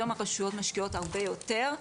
היום הרשויות משקיעות הרבה יותר,